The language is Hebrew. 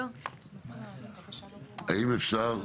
האם אפשר?